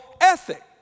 ethic